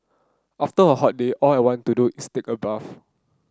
after a hot day all I want to do is take a bath